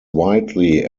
widely